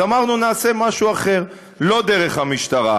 אז אמרנו: נעשה משהו אחר, לא דרך המשטרה,